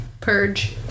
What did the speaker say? Purge